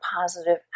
positive